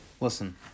listen